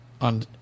on